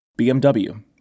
BMW